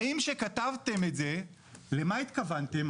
האם כשכתבתם את זה, למה התכוונתם?